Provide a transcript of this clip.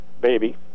baby